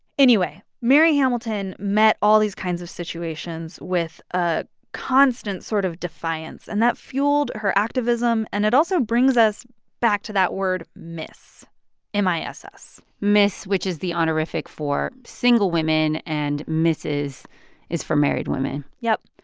anyway, mary hamilton met all these kinds of situations with a constant sort of defiance. and that fueled her activism. and it also brings us back to that word miss m i s s miss, which is the honorific for single women. and misses is for married women yep.